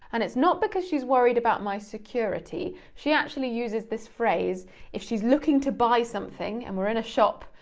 and it's not because she's worried about my security, she actually uses this phrase if she's looking to buy something and we're in a shop.